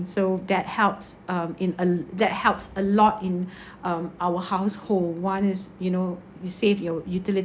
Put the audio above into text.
so that helps um in a that helps a lot in um our household one's you know you save your utility